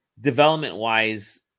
development-wise